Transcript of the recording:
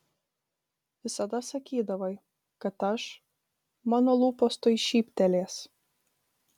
visada sakydavai kad aš mano lūpos tuoj šyptelės